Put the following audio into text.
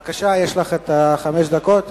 בבקשה, יש לך חמש דקות